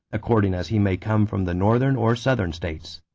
according as he may come from the northern or southern states.